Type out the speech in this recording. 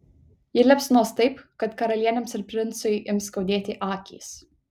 ji liepsnos taip kad karalienėms ir princui ims skaudėti akys